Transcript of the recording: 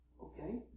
okay